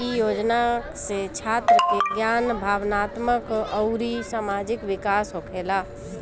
इ योजना से छात्र के ज्ञान, भावात्मक अउरी सामाजिक विकास होखेला